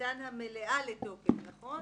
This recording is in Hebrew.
כניסתן המלאה לתוקף, נכון?